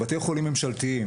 בתי חולים ממשלתיים,